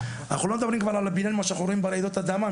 אנחנו לא מדברים על הבניין מה שאנחנו רואים ברעידות אדמה,